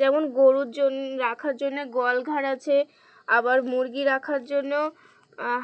যেমন গরুর জন্য রাখার জন্যে গোয়ালঘর আছে আবার মুরগি রাখার জন্য